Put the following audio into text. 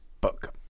book